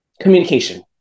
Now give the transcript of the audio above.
communication